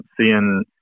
seeing